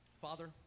Father